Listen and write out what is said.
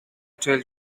tell